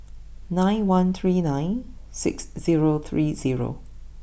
nine one three nine six zero three zero